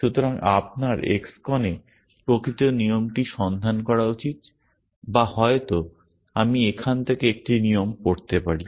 সুতরাং আপনার X CON এ প্রকৃত নিয়মটি সন্ধান করা উচিত বা হয়তো আমি এখান থেকে একটি নিয়ম পড়তে পারি